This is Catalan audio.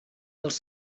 dels